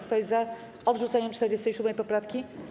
Kto jest za odrzuceniem 47. poprawki?